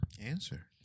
Answer